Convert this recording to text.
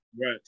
Right